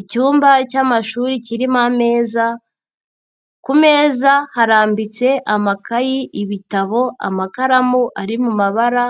Icyumba cy'amashuri kirimo ameza, ku meza harambitse amakayi, ibitabo, amakaramu ari mu mabara